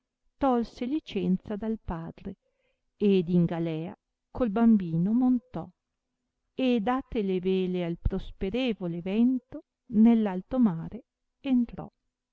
tolse licenza dal padre ed in galea col bambino montò e date le vele al prosperevole vento nell alto mare entrò